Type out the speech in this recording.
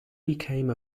became